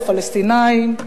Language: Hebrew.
הפלסטינים,